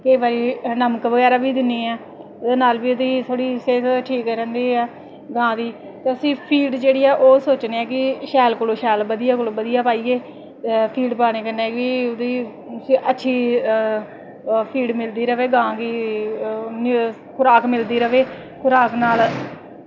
ते भई नमक बगैरा बी दि'न्नी आं ओह्दे नाल बी एह्दी सेह्त थोह्ड़ी सेह्त ठीक रैंह्दी ऐ गांऽ दी ते फीड जेह्ड़ी ओह् सोचनेआं कि शैल कोला शैल बधियै कोला बधियै पाइयै फीड पाने कन्नै कि ओह्दी अच्छी फीड मिलदी र'वै गांऽ गी खराक मिलदी र'वै खराक नाल